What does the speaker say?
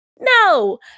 No